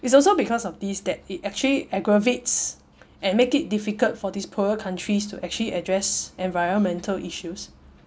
it's also because of these that it actually aggravates and make it difficult for these poorer countries to actually address environmental issues